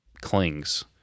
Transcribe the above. clings